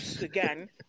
again